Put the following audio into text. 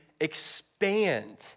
expand